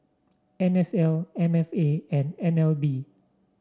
N S L M F A and N L B